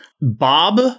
Bob